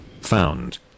found